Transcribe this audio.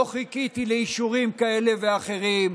לא חיכיתי לאישורים כאלה ואחרים.